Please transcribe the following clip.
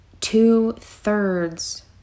two-thirds